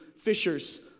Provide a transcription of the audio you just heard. fishers